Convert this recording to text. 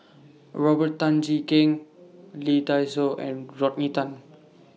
Robert Tan Jee Keng Lee Dai Soh and Rodney Tan